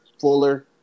Fuller